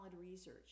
research